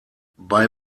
bei